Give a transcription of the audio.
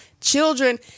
children